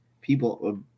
people